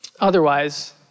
Otherwise